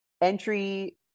entry